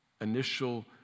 initial